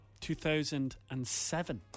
2007